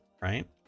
right